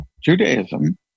Judaism